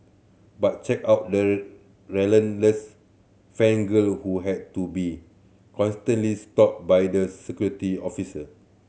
but check out the relentless fan girl who had to be constantly stopped by the security officer